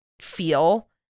feel